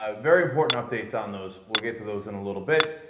um very important updates on those will get to those in a little bit